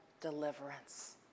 deliverance